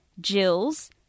Jill's